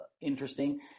interesting